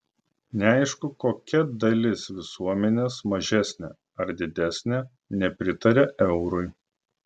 neaišku kokia dalis visuomenės mažesnė ar didesnė nepritaria eurui